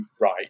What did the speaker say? right